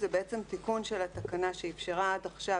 זה בעצם תיקון של התקנה שאפשרה עד עכשיו